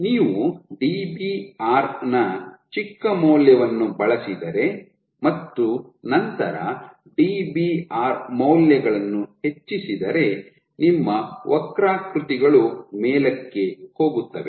ನೀವು Dbr ನ ಚಿಕ್ಕ ಮೌಲ್ಯವನ್ನು ಬಳಸಿದರೆ ಮತ್ತು ನಂತರ Dbr ಮೌಲ್ಯಗಳನ್ನು ಹೆಚ್ಚಿಸಿದರೆ ನಿಮ್ಮ ವಕ್ರಾಕೃತಿಗಳು ಮೇಲಕ್ಕೆ ಹೋಗುತ್ತವೆ